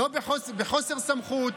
בחוסר סמכות,